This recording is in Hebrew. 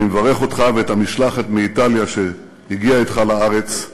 אני מברך אותך ואת המשלחת מאיטליה שהגיעה אתך לארץ.